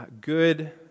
good